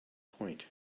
point